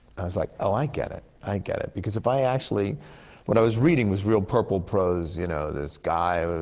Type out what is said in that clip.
i was like, oh, i get it. i get it. because if i actually what i was reading was real purple prose. you know, this guy,